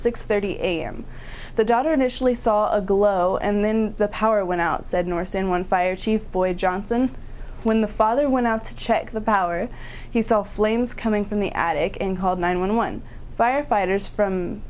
six thirty a m the daughter initially saw a glow and then the power went out said nurse in one fire chief boyd johnson when the father went out to check the power he still flames coming from the attic and called nine one one firefighters from